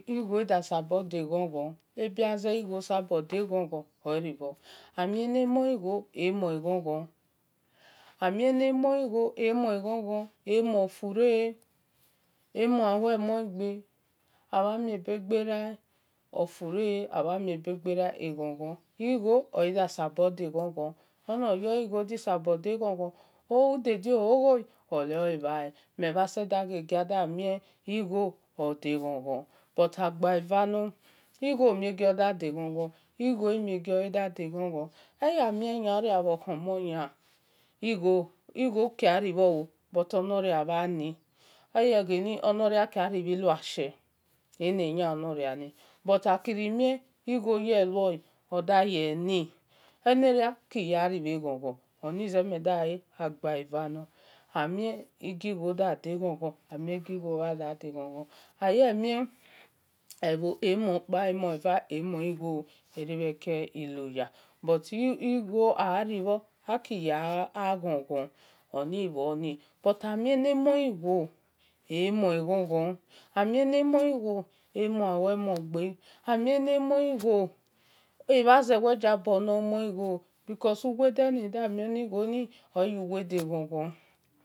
Igho dasabo de ghon ghon ebeyanye igho sabo deghon ghon oribhor amie ne moi gho emoi ghon-ghon emui ofure emue ahuemegbe amamie begbera ofure amamie begbera eghon-ghon igho yan sabo de-ghon-ghon ami eno yor ghe igho da sabor de-ghon-ghon udedo hoghe ole bhale mel bha sesabokare igho odeghon ghon but agbai va no igho mie giodu da ghon ghon abhe mie gi gho da sabo de ghon ghon amie nia oria bhor khomhon nia igho ki gharibho but onoria bha ni egheni ono ria ki gha ribhi oshie ene yan noriani but akiri mhe igho ye luo odu ye ni ono ria ni ki gba ribhe ghon-ghon oni ze meda wel igho gha degho gho gba ava nor aye mie ebho so emuo kpa emuo eva emue gbo eki gha ri eke iloya but igho gha ribho aki gha ghon ghon but amie ne mui igho emon ghon ghan amion no noi gho emo-ahuemeghe emo-ofure ramude uwo de ne da mio ni gho ni eyi uwode osi egbon gbon